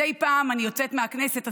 מדי פעם אני יוצאת מהכנסת,